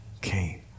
Cain